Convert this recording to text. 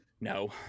No